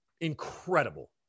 incredible